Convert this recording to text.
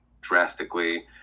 drastically